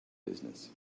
business